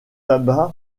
tabac